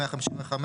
155,